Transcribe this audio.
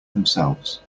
themselves